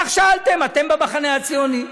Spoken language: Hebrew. כך שאלתם, אתם במחנה הציוני,